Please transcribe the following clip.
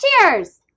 Cheers